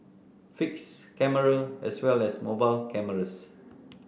fixed camera as well as mobile cameras